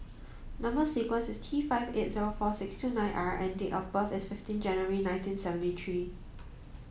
number sequence is T five eight zero four six two nine R and date of birth is fifteen January nineteen seventy three